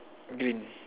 green